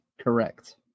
Correct